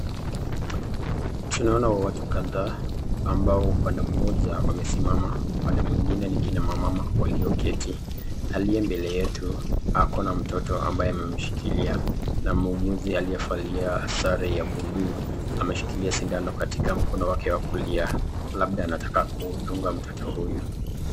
Tunaona watu kadhaa, ambao upande moja wamesimama, upande mwingine ni kina mama walioketi. Aliye mbele yetu ako na mtoto ambaye amemshikilia na muuguzi aliyevalia sare ya blue , ameshikilia sindano katika mkono wake wa kulia labda anataka kumdunga mtoto huyu.